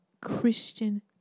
Christian